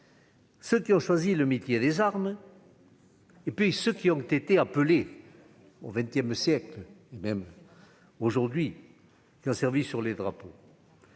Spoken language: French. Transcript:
ceux qui ont choisi le métier des armes de ceux qui ont été appelés au XX siècle, et même aujourd'hui, à servir sous les drapeaux.